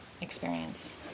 experience